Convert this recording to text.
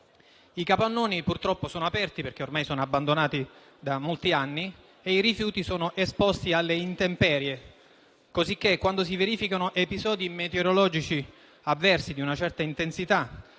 I capannoni purtroppo sono aperti, perché ormai sono abbandonati da molti anni, e i rifiuti sono esposti alle intemperie, cosicché quando si verificano episodi meteorologici avversi di una certa intensità